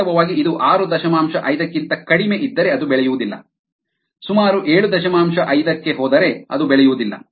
ವಾಸ್ತವವಾಗಿ ಇದು ಆರು ದಶಮಾಂಶ ಐದಕ್ಕಿಂತ ಕಡಿಮೆಯಿದ್ದರೆ ಅದು ಬೆಳೆಯುವುದಿಲ್ಲ ಸುಮಾರು ಏಳು ದಶಮಾಂಶ ಐದಕ್ಕೆ ಹೋದರೆ ಅದು ಬೆಳೆಯುವುದಿಲ್ಲ